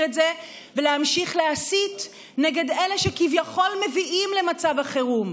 את זה ולהמשיך להסית נגד אלה שכביכול מביאים למצב החירום: